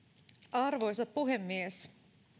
arvoisa puhemies